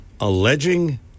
alleging